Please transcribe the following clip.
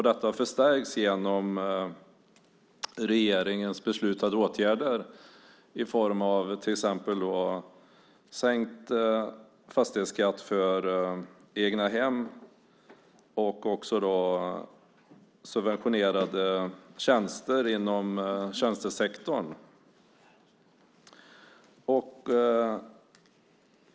Detta förstärks genom regeringen beslutade åtgärder i form av till exempel sänkt fastighetsskatt för egnahem och subventionerade tjänster inom tjänstesektorn.